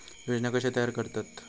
योजना कशे तयार करतात?